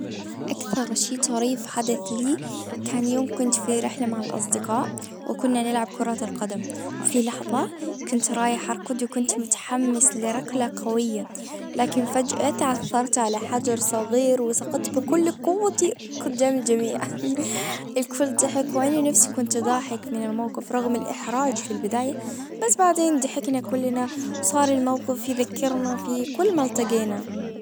أكثر شي طريف حدث لي كان يوم كنت في رحلة مع الاصدقاء. وكنا نلعب كرة القدم. وفي لحظة كنت رايح اركض وكنت متحمس لركلة قوية. لكن فجأة تعثرت على حجر صغير وسقطت بكل قوتي قدام الجميع. الكل ضحك واني نفسي كنت ضاحك من الموقف رغم الاحراج في البداية. بس بعدين ضحكنا كلنا وصار الموقف يذكرنا في كل ما التجينا.